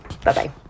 Bye-bye